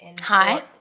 hi